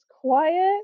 quiet